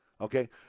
okay